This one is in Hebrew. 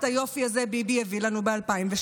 את היופי הזה ביבי הביא לנו ב-2012.